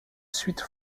suite